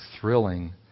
thrilling